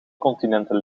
continenten